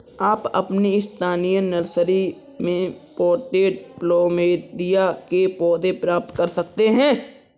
आप अपनी स्थानीय नर्सरी में पॉटेड प्लमेरिया के पौधे प्राप्त कर सकते है